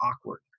awkward